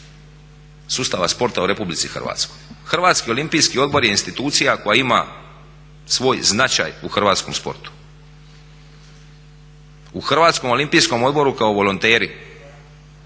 sustava sporta u RH. Hrvatski olimpijski odbor je institucija koja ima svoj značaj u hrvatskom sportu. U HOO-u kao volonteri